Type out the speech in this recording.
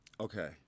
Okay